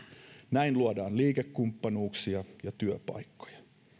näin luodaan liikekumppanuuksia ja työpaikkoja